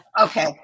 Okay